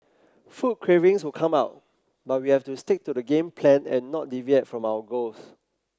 food cravings would come up but we have to stick to the game plan and not deviate from our goals